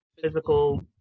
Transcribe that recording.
physical